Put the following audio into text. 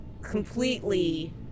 completely